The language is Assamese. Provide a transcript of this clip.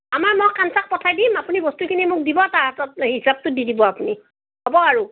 আমাৰ মই কাঞ্চাক পঠাই দিম আপুনি বস্তুখিনি মোক দিব তাৰ হাতত এই হিচাপটো দি দিব আপুনি হ'ব আৰু